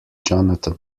jonathan